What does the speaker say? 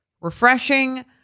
refreshing